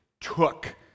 took